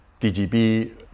dgb